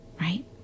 right